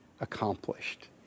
accomplished